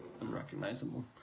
unrecognizable